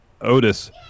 Otis